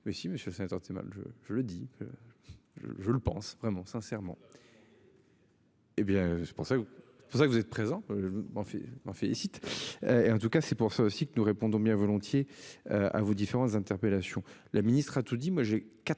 Mais si Monsieur sortie mal je je le dis. Je le pense vraiment sincèrement. Eh bien c'est pour c'est. Pour ça que vous êtes présent. En fait je m'en félicite. Et en tout cas c'est pour ça aussi que nous répondons bien volontiers. Hein vous différents interpellations. La ministre a tout dit,